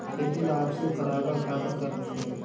खेती ला आपसी परागण काबर करथे?